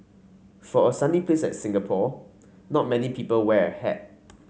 for a sunny place like Singapore not many people wear a hat